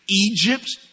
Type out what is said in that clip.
Egypt